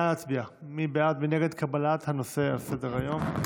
נא להצביע מי בעד ונגד קבלת הנושא על סדר-היום.